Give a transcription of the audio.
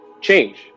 change